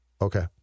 Okay